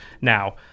Now